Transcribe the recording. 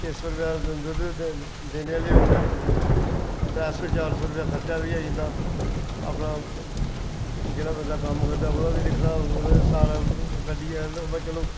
छे सौ रपेआ दुद्ध देने आह्ली होग ते त्रै सौ चार सौ खर्चा बी आई जंदा अपना जेह्ड़ा बंदा कम्म करदा ओह्दा बी दिक्खना ओह्दा सारा बी कड्डियै ब चलो